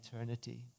eternity